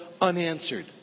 unanswered